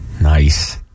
Nice